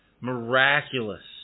Miraculous